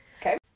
Okay